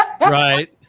Right